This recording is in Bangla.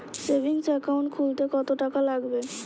সেভিংস একাউন্ট খুলতে কতটাকা লাগবে?